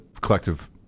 collective